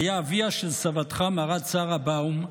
היה אביה של סבתך, מרת שרה באום,